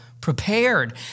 prepared